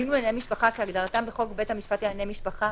דיון בענייני משפחה כהגדרתם בחוק בית המשפט לענייני משפחה,